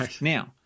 Now